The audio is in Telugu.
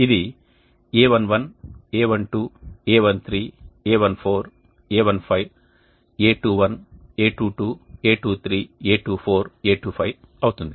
ఇది a11 a12 a13 a14 a15 a21 a22 a23 a24 a25 అవుతుంది